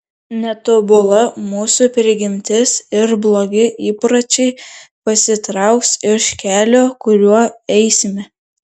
netobula mūsų prigimtis ir blogi įpročiai pasitrauks iš kelio kuriuo eisime